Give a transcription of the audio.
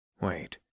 Wait